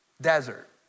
desert